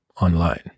online